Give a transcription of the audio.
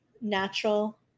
natural